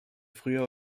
früher